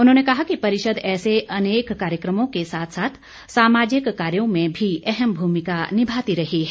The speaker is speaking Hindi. उन्होंने कहा कि परिषद ऐसे अनेक कार्यक्रमों के साथ साथ सामाजिक कार्यो में भी अहम भूमिका निभाती रही है